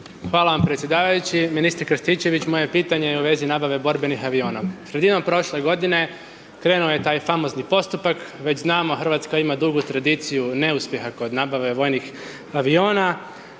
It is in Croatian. Hvala vam predsjedavajući, ministre Krstičević, moje pitanje je u vezi nabave borbenih aviona. Sredinom prošle godine, krenuo je taj famozni postupak, već znamo Hrvatska ima dugu tradiciju neuspjeha nabave vojnih aviona,